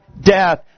death